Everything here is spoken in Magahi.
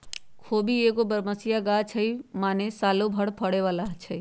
खोबि एगो बरमसिया ग़ाछ हइ माने सालो भर फरे बला हइ